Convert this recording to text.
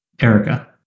Erica